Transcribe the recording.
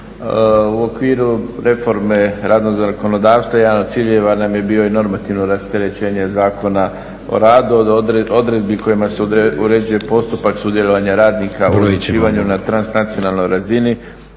U okviru reforme radnog zakonodavstva jedan od ciljeva nam je bio i normativno rasterećenje Zakona o radu, odredbi kojima se uređuje postupak sudjelovanja radnika u odlučivanju na transnacionalnoj razini,